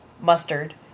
mustard